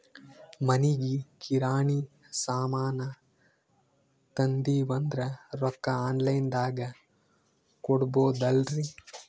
ಮನಿಗಿ ಕಿರಾಣಿ ಸಾಮಾನ ತಂದಿವಂದ್ರ ರೊಕ್ಕ ಆನ್ ಲೈನ್ ದಾಗ ಕೊಡ್ಬೋದಲ್ರಿ?